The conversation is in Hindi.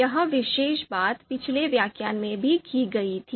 यह विशेष बात पिछले व्याख्यान में भी की गई थी